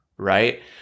right